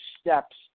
Steps